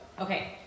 okay